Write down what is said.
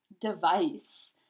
device